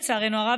לצערנו הרב,